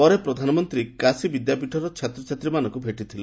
ପରେ ପ୍ରଧାନମନ୍ତ୍ରୀ କାଶୀ ବିଦ୍ୟାପୀଠର ଛାତ୍ରଛାତ୍ରୀମାନଙ୍କୁ ଭେଟିଥିଲେ